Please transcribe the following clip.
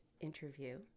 interview